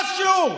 אף שיעור.